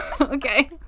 Okay